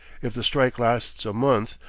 if the strike lasts a month,